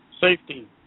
Safety